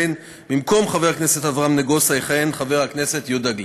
במקום חבר הכנסת אברהם נגוסה יכהן חבר הכנסת יהודה גליק.